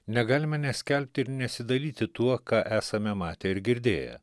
negalime neskelbti ir nesidalyti tuo ką esame matę ir girdėję